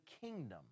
kingdom